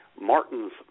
Martin's